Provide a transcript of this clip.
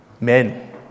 men